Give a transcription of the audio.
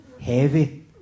heavy